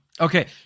Okay